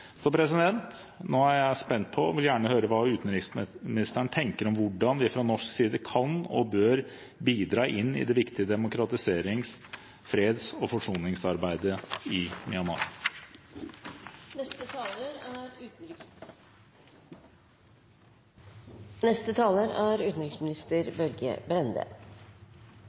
Nå er jeg spent og vil gjerne høre hva utenriksministeren tenker om hvordan vi fra norsk side kan og bør bidra inn i det viktige demokratiserings-, freds- og forsoningsarbeidet i Myanmar. Først vil jeg takke representanten Ola Elvestuen for å reise en interpellasjon om Myanmar, som er